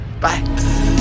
Bye